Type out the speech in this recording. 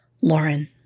Lauren